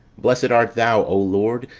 blessed art thou, o lord,